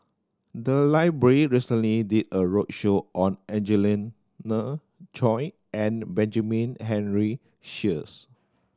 the library recently did a roadshow on Angelina Choy and Benjamin Henry Sheares